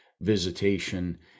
visitation